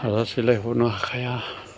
हाजासेलाय हरनो हाखाया